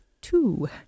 two